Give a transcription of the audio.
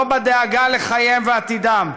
לא בדאגה לחייהם ולעתידם.